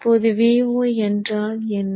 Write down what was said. இப்போது Vo என்றால் என்ன